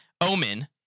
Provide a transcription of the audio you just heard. Omen